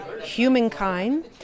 humankind